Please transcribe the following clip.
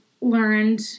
learned